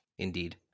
Indeed